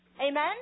Amen